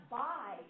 buy